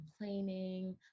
complaining